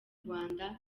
rwanda